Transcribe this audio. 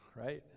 right